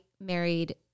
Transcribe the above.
married